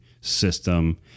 system